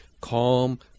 calm